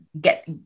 get